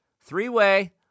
Three-way